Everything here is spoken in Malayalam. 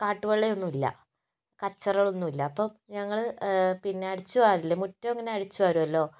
കാട്ടുവള്ളി ഒന്നുമില്ല കച്ചറകളൊന്നുല്ല അപ്പം ഞങ്ങൾ പിന്നെ അടിച്ചുവാരില്ലേ മുറ്റം ഇങ്ങനെ അടിച്ചുവാരുവല്ലോ